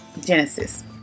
genesis